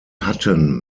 hatten